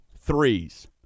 threes